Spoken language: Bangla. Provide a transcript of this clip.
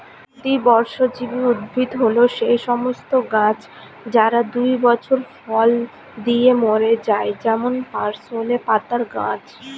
দ্বিবর্ষজীবী উদ্ভিদ হল সেই সমস্ত গাছ যারা দুই বছর ফল দিয়ে মরে যায় যেমন পার্সলে পাতার গাছ